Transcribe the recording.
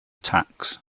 tax